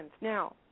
Now